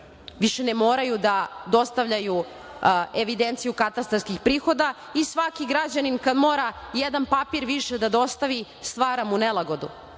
više ne moraju da dostavljaju evidenciju katastarskih prihoda i svaki građanin kad mora jedan papir više da dostavi, stvara mu nelagodu.